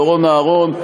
דורון אהרון,